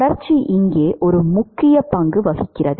தொடர்ச்சி இங்கே ஒரு முக்கிய பங்கு வகிக்கிறது